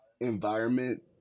environment